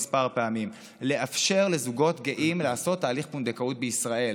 כמה פעמים: לאפשר לזוגות גאים לעשות תהליך פונדקאות בישראל,